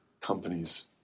companies